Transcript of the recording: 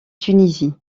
tunisie